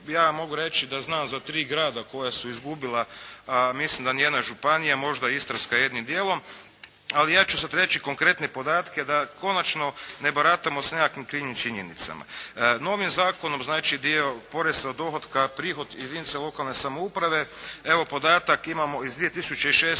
ja mogu reći da znam za tri grada koja su izgubila. Mislim da ni jedna županija, možda Istarska jednim dijelom, ali ja ću sad reći konkretne podatke da konačno ne baratamo sa nekakvim krivim činjenicama. Novim zakonom, znači dio poreza od dohotka, prihod jedinica lokalne samouprave. Evo podatak imamo iz 2006.